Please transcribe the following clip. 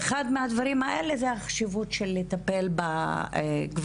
ואחד מהדברים האלה זו החשיבות לטפל בגברים